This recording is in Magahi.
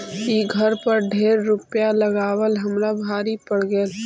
ई घर पर ढेर रूपईया लगाबल हमरा भारी पड़ गेल